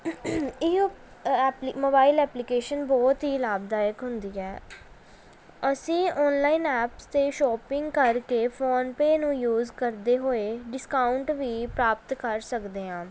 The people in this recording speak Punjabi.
ਇਹ ਉਹ ਅ ਐਪਲੀ ਮੋਬਾਈਲ ਐਪਲੀਕੇਸ਼ਨ ਬਹੁਤ ਹੀ ਲਾਭਦਾਇਕ ਹੁੰਦੀ ਹੈ ਅਸੀਂ ਔਨਲਾਈਨ ਐਪਸ 'ਤੇ ਸ਼ੋਪਿੰਗ ਕਰਕੇ ਫ਼ੋਨਪੇ ਨੂੰ ਯੂਜ ਕਰਦੇ ਹੋਏ ਡਿਸਕਾਊਂਟ ਵੀ ਪ੍ਰਾਪਤ ਕਰ ਸਕਦੇ ਹਾਂ